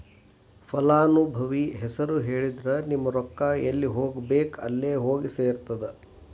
ಫಲಾನುಭವಿ ಹೆಸರು ಹೇಳಿದ್ರ ನಿಮ್ಮ ರೊಕ್ಕಾ ಎಲ್ಲಿ ಹೋಗಬೇಕ್ ಅಲ್ಲೆ ಹೋಗಿ ಸೆರ್ತದ